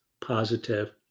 positive